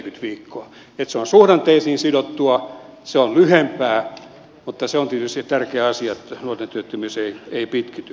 se on suhdanteisiin sidottua se on lyhempää mutta se on tietysti tärkeä asia että nuorten työttömyys ei pitkity